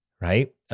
right